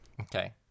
okay